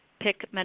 pick